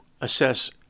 assess